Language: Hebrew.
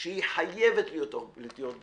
שהיא חייבת להיות בתוך מסגרת,